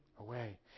away